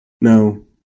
No